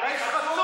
אתה איש חצוף.